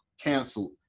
canceled